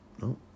no